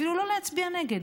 אפילו לא להצביע נגד.